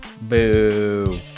Boo